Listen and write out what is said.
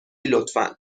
لطفا